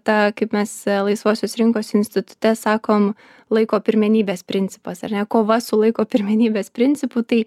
ta kaip mes laisvosios rinkos institute sakom laiko pirmenybės principas ar ne kova su laiko pirmenybės principu tai